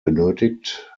benötigt